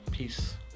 Peace